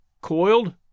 coiled